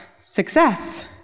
success